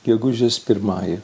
gegužės pirmąja